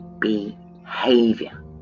behavior